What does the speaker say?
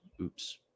oops